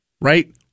right